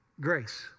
Grace